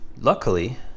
luckily